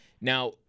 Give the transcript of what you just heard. Now